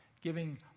Giving